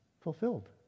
fulfilled